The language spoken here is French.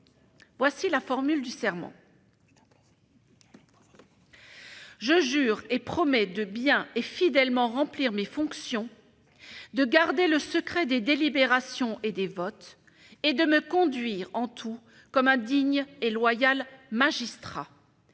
Voici la formule du serment :« Je jure et promets de bien et fidèlement remplir mes fonctions, de garder le secret des délibérations et des votes, et de me conduire en tout comme un digne et loyal magistrat.